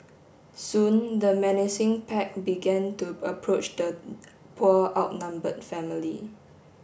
soon the menacing pack began to approach the poor outnumbered family